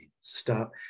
stop